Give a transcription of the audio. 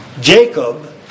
Jacob